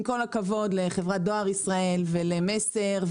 עם כל הכבוד לחברת דואר ישראל ול"מסר"